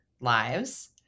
lives